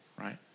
right